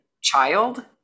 child